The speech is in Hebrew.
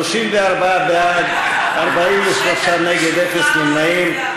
34 בעד, 43 נגד, אפס נמנעים.